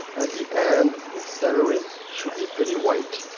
at the end the celery should be pretty white.